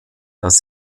das